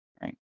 Right